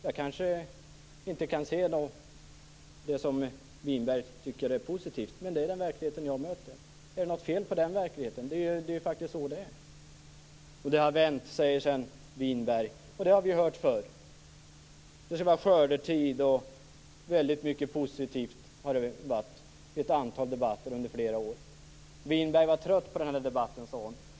Jag kanske inte kan se det som Winberg tycker är positivt, men det är den verklighet jag möter. Är det något fel på den verkligheten? Det är ju så det är. Det har vänt, säger Winberg. Det har vi hört förr. Det har varit skördetid och mycket positivt. Det har vi hört i ett antal debatter under flera år. Winberg sade att hon var trött på den här debatten.